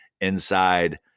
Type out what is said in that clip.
inside